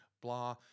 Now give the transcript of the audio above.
blah